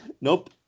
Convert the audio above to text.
Nope